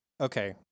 okay